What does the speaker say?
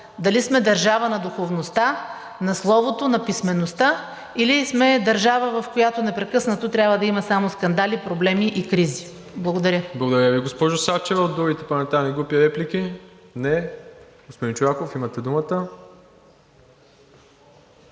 дали сме държава на духовността, на словото, на писмеността, или сме държава, в която непрекъснато трябва да има само скандали, проблеми и кризи. Благодаря. ПРЕДСЕДАТЕЛ МИРОСЛАВ ИВАНОВ: Благодаря Ви, госпожо Сачева. От другите парламентарни групи реплики? Не. Господин Чолаков, имате думата.